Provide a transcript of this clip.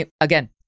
again